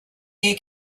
air